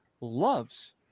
loves